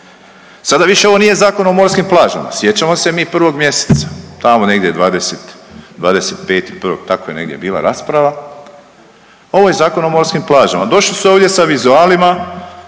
Sada više ovo nije Zakon o morskim plažama, sjećamo se mi prvog mjeseca, tamo negdje 25.1. tako je negdje bila rasprava ovo je Zakon o morskim plažama. Došli su ovdje da vizualima